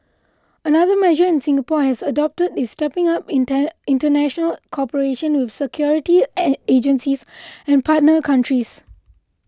another measure Singapore has adopted is stepping up international cooperation with security agencies and partner countries